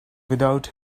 without